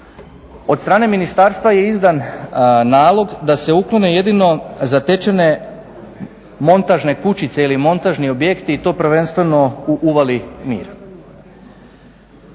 Od strane ministarstva je izdan nalog da se uklone jedino zatečene montažne kućice ili montažni objekti i to prvenstveno u Uvali Mir.